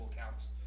accounts